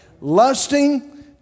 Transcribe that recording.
Lusting